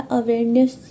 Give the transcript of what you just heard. awareness